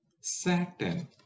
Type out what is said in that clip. Saturn